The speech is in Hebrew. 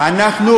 זה לא נכון.